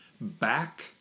Back